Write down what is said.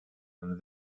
and